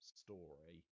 story